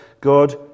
God